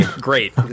Great